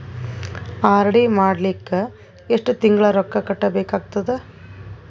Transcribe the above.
RD ಮಾಡಲಿಕ್ಕ ಎಷ್ಟು ತಿಂಗಳ ರೊಕ್ಕ ಕಟ್ಟಬೇಕಾಗತದ?